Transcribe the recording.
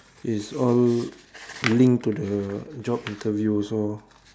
is all linked to the job interview so